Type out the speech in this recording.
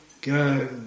go